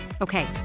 Okay